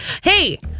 Hey